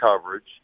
coverage